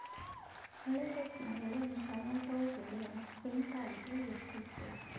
ಕಳೆದ ತಿಂಗಳು ಟೊಮ್ಯಾಟೋ ಬೆಲೆ ಕ್ವಿಂಟಾಲ್ ಗೆ ಎಷ್ಟಿತ್ತು?